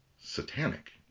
Satanic